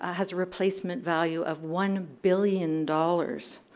has replacement value of one billion dollars